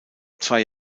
zwei